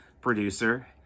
producer